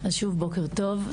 בוקר טוב.